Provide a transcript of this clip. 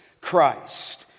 Christ